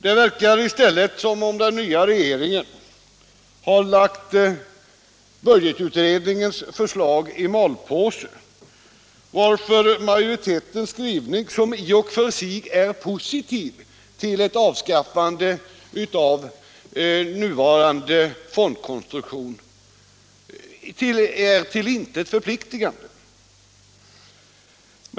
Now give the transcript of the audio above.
Det verkar i stället som om den nya regeringen lagt budget fond utredningens förslag i malpåse, varför majoritetens skrivning, som i och för sig är positiv till ett avskaffande av nuvarande fondkonstruktion, inte är förpliktigande.